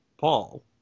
Paul